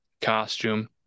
costume